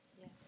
Yes